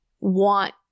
want